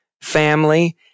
family